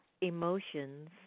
Emotions